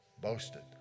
boasted